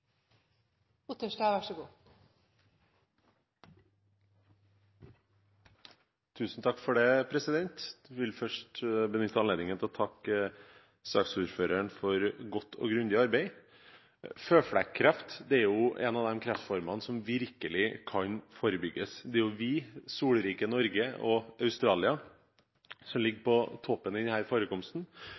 vil først benytte anledningen til å takke saksordføreren for godt og grundig arbeid. Føflekkreft er en av de kreftformene som virkelig kan forebygges. Det er vi – solrike Norge – og Australia som ligger på toppen i denne forekomsten.